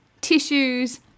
tissues